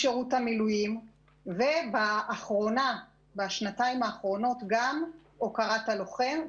המילואים ובשנתיים האחרונות גם הוקרת הלוחם.